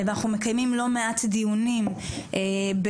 ואנחנו מקיימים לא מעט דיונים בנושא